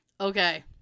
okay